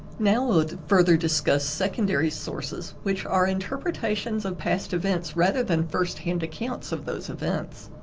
now we'll further discuss secondary sources which are interpretations of past events rather than first-hand accounts of those events.